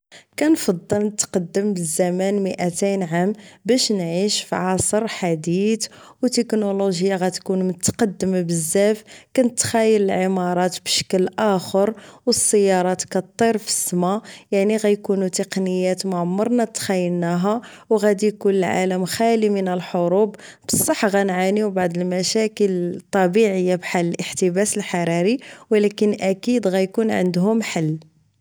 كنفضل نتقدم بزمان مئتين عام باش نعيش فعصر حديث و تكنولوجيا غتكون متقدمة بزاف كنتخيل العمارات بشكل ٱخور و السيارات كطير فسما يعني غيكونو تقنيات معمرنا تخيلناها و غداي اكون العالم خالي من الحروب بصح غنعنيو بعض المشاكل الطبيعية بحال الاحتباس الحراري و لكن اكيد غيكون عندهم حل